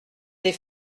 des